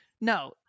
No